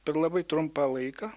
per labai trumpą laiką